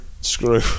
screw